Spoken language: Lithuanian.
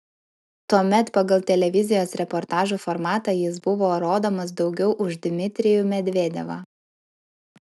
tuomet pagal televizijos reportažų formatą jis buvo rodomas daugiau už dmitrijų medvedevą